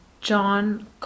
John